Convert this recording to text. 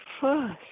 first